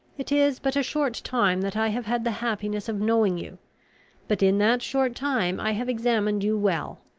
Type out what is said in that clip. it is but a short time that i have had the happiness of knowing you but in that short time i have examined you well,